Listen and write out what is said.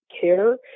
care